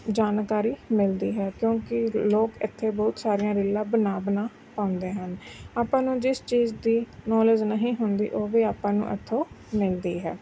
ਜਾਣਕਾਰੀ ਮਿਲਦੀ ਹੈ ਕਿਉਂਕਿ ਲੋਕ ਇੱਥੇ ਬਹੁਤ ਸਾਰੀਆਂ ਰੀਲਾਂ ਬਣਾ ਬਣਾ ਪਾਉਂਦੇ ਹਨ ਆਪਾਂ ਨੂੰ ਜਿਸ ਚੀਜ਼ ਦੀ ਨੋਲੇਜ ਨਹੀਂ ਹੁੰਦੀ ਉਹ ਵੀ ਆਪਾਂ ਨੂੰ ਇੱਥੋਂ ਮਿਲਦੀ ਹੈ